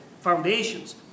foundations